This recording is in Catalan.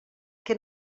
que